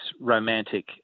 romantic